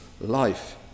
life